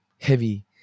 heavy